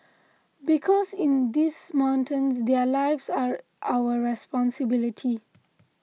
because in this mountains their lives are our responsibility